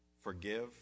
forgive